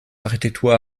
architektur